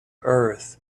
earth